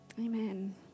Amen